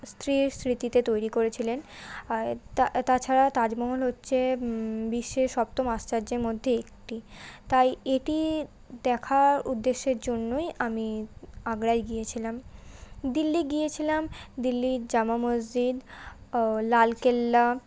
স্ত্রীর স্মৃতিতে তৈরি করেছিলেন আয় তা তাছাড়া তাজমহল হচ্ছে বিশ্বের সপ্তম আশ্চর্যের মধ্যে একটি তাই এটি দেখার উদ্দেশ্যের জন্যই আমি আগ্রায় গিয়েছিলাম দিল্লি গিয়েছিলাম দিল্লির জামা মসজিদ লালকেল্লা